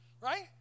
Right